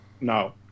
No